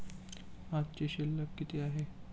आजची शिल्लक किती आहे?